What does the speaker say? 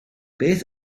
beth